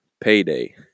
payday